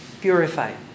purified